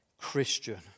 Christian